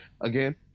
again